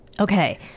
Okay